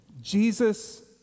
Jesus